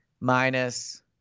minus